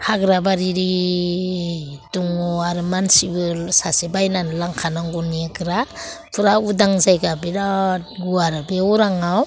हाग्रा बारिरि दङ आरो मानसिबो सासे बायनानै लांखा नांगौ नेग्रा फुरा उदां जायगा बिराद गुवार बे अराङाव